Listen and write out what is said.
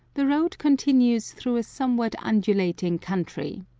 the road continues through a somewhat undulating country,